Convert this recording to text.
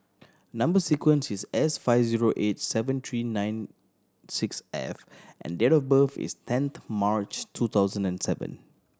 number sequence is S five zero eight seven three nine six F and date of birth is tenth March two thousand and seven